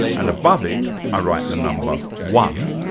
and above it i write the number one,